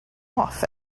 off